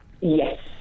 Yes